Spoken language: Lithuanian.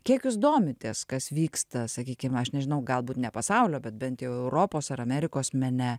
kiek jūs domitės kas vyksta sakykim aš nežinau galbūt ne pasaulio bet bent jau europos ar amerikos mene